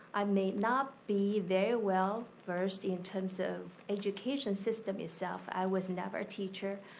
i may not be very well versed in terms of education system itself. i was never a teacher,